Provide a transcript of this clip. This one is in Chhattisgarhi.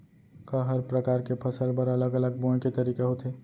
का हर प्रकार के फसल बर अलग अलग बोये के तरीका होथे?